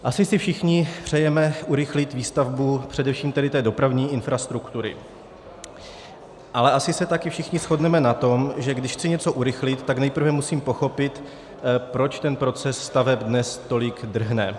Asi si všichni přejeme urychlit výstavbu především tedy té dopravní infrastruktury, ale asi se také všichni shodneme na tom, že když chci něco urychlit, tak nejprve musím pochopit, proč ten proces staveb dnes tolik drhne.